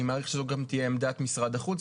אני מעריך שזו גם תהיה עמדת משרד החוץ.